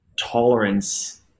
tolerance